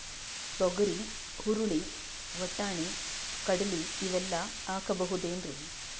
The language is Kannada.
ತೊಗರಿ, ಹುರಳಿ, ವಟ್ಟಣಿ, ಕಡಲಿ ಇವೆಲ್ಲಾ ಹಾಕಬಹುದೇನ್ರಿ?